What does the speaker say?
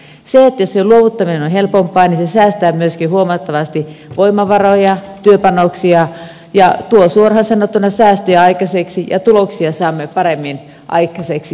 jos se luovuttaminen on helpompaa niin se säästää myöskin huomattavasti voimavaroja työpanoksia ja tuo suoraan sanottuna säästöjä aikaiseksi ja tuloksia saamme paremmin aikaiseksi sillä asialla